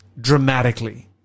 dramatically